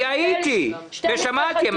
הייתי ושמעתי.